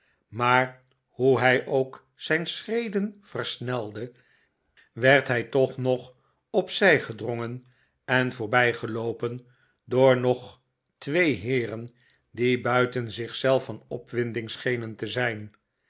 maar hoe hij ook zijn schreden vershelde werd hij toch nog op zij gedrongen en voorbijgeloopen door nog twee heeren die buiten zich zelf van op winding schenen te zijn